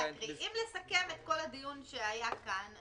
נסכם את כל הדיון שהיה כאן.